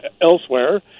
elsewhere